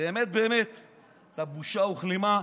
באמת באמת אתה בושה וכלימה.